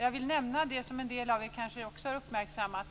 Jag vill nämna något som en del av er kanske också har uppmärksammat.